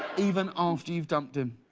even after you've dumped him.